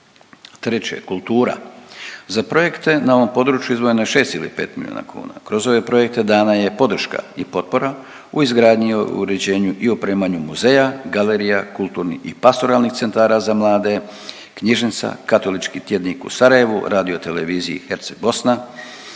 Treće, kultura. Za projekte na ovom području izdvojeno je 6,5 milijuna kuna. Kroz ove projekte dana je podrška i potpora u izgradnji i uređenju i opremanju muzeja, galerija, kulturnih i pastoralnih centara za mlade, knjižnica, Katolički tjednik u Sarajevu, Radioteleviziji Herceg-Bosna,